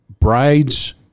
bride's